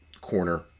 corner